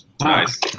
Nice